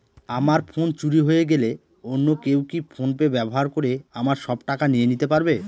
আমার ফোন চুরি হয়ে গেলে অন্য কেউ কি ফোন পে ব্যবহার করে আমার সব টাকা নিয়ে নিতে পারবে?